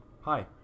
hi